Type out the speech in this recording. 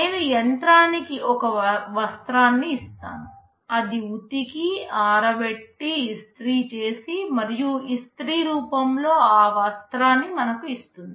నేను యంత్రానికి ఒక వస్త్రాన్ని ఇస్తాను అది ఉతికి ఆరబెట్టి ఇస్త్రీ చేసి మరియు ఇస్త్రీ రూపంలో ఆ వస్త్రాన్ని మనకు ఇస్తుంది